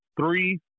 three